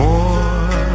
More